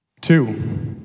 Two